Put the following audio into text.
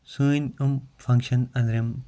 سٲنۍ یِم فَنٛگشَن أنٛدرِم